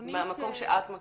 מהמקום שאת מכירה?